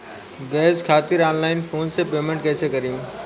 Gas खातिर online phone से payment कैसे करेम?